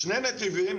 שני נתיבים,